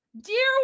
Dear